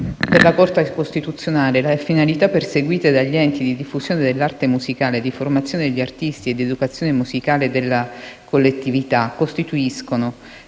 per la Corte costituzionale le finalità perseguite dagli enti di diffusione dell'arte musicale, di formazione degli artisti e di educazione musicale della collettività costituiscono